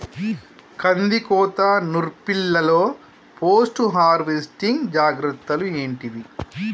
కందికోత నుర్పిల్లలో post harvesting జాగ్రత్తలు ఏంటివి?